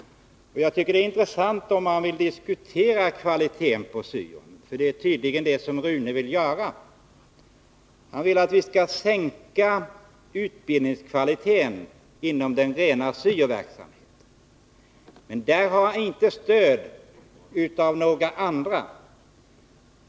Jag tycker att det är intressant, när man diskuterar kvaliteten på syo-verksamheten — och det är tydligen det som Rune Rydén vill göra — att han vill att vi skall sänka utbildningskvaliteten inom den rena syo-verksamheten men att han i det avseendet inte har stöd av några andra.